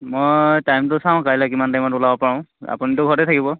মই টাইমটো চাওঁ কাইলৈ কিমান টাইমত ওলাব পাৰোঁ আপুনিতো ঘৰতে থাকিব